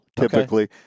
Typically